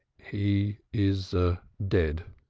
he is dead,